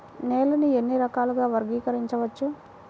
నేలని ఎన్ని రకాలుగా వర్గీకరించవచ్చు?